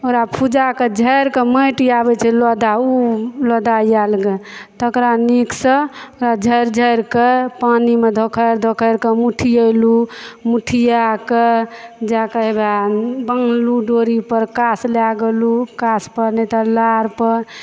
ओकरा पूजा कऽ झाड़ि कऽ माटि आबै छै लौदा ऊ लौदा एल गऽ तकरा नीकसँ झाड़ि झाड़िके पानिमे धोखारि धोखारि कऽ मुठियलहुँ मुठियाके जाके हेबा बान्हलहुँ डोरीपर कास लए गेलहुँ कासपर नहि तऽ लारपर